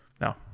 no